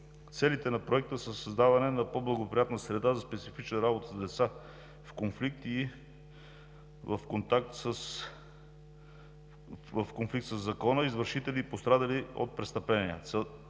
Целите на Проекта са създаване на по-благоприятна среда за специфична работа с деца в конфликт със закона, извършители и пострадали от престъпления.